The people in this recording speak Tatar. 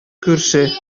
күрше